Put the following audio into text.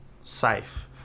safe